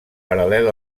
paral·lel